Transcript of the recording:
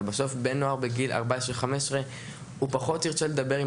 אבל בסוף בן נוער בגיל 14 - 15 פחות ירצה לדבר עם